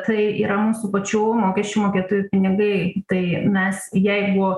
tai yra mūsų pačių mokesčių mokėtojų pinigai tai mes jeigu